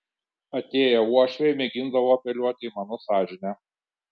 atėję uošviai mėgindavo apeliuoti į mano sąžinę